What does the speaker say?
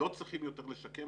לא צריכים יותר לשקם,